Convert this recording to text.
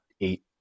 eight